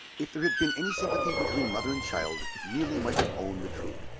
if there had been any sympathy between mother and child, neelie might have owned the truth.